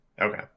Okay